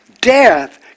Death